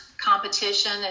competition